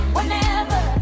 Whenever